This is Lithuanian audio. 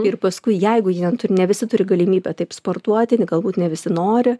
ir paskui jeigu jie turi ne visi turi galimybę taip sportuoti galbūt ne visi nori